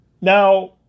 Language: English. Now